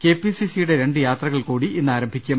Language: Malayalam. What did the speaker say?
കെ പി സി സിയുടെ രണ്ട് യാത്രകൾ കൂടി ഇന്നാരംഭിക്കും